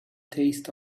taste